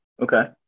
Okay